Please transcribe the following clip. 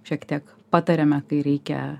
šiek tiek patariame kai reikia